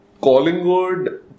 Collingwood